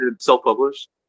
self-published